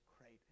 great